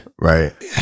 right